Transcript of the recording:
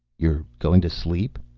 you're going to sleep?